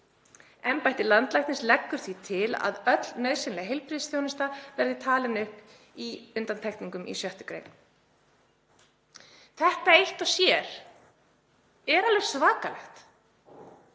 Embætti landlæknis leggur því til að öll nauðsynleg heilbrigðisþjónusta verði talin upp í undantekningum í 6. gr.“ Þetta eitt og sér er alveg svakalegt